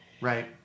right